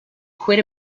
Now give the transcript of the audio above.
quit